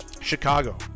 Chicago